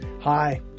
Hi